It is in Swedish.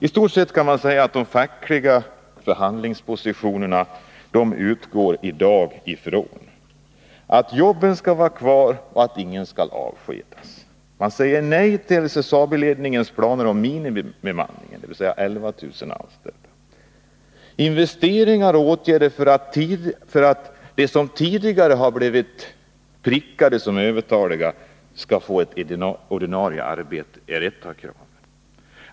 I stort sett kan man säga att de fackliga förhandlingspositionerna i dag utgår ifrån att jobben skall vara kvar och att ingen skall avskedas. Man säger nej till SSAB-ledningens planer på minimibemanning, dvs. 11 000 anställda. Investeringar och åtgärder för att de som tidigare blivit prickade som övertaliga skall få ordinarie arbete är ett av kraven.